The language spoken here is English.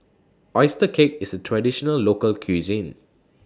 Oyster Cake IS A Traditional Local Cuisine